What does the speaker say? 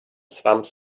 some